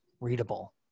readable